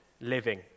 Living